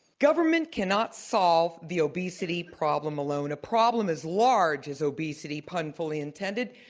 government cannot solve the obesity problem alone. a problem as large as obesity, pun fully intended,